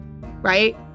right